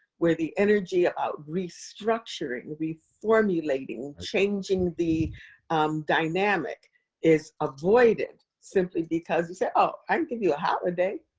where the energy about restructuring, reformulating, changing the dynamic is avoided simply because you said oh, i can give you a holiday.